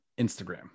Instagram